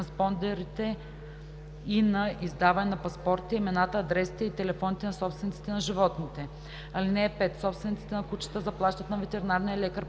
транспондерите и на издаване на паспортите, имената, адресите и телефоните на собствениците на животните. (5) Собствениците на кучета заплащат на ветеринарния лекар